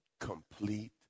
complete